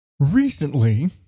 Recently